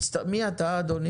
מי אתה אדוני?